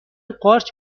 قارچ